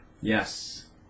Yes